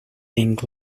being